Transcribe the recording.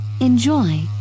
enjoy